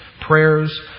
prayers